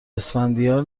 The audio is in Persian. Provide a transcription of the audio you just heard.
اسفندیار